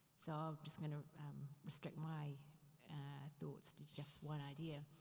so i'll, just gonna restrict my thoughts to just one idea.